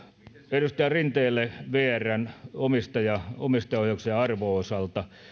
edustaja rinteelle vrn omistajaohjauksen arvon osalta